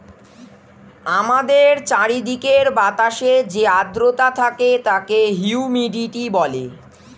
আমাদের চারিদিকের বাতাসে যে আর্দ্রতা থাকে তাকে হিউমিডিটি বলে